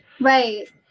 Right